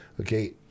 okay